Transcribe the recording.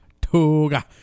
toga